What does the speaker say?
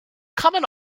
coming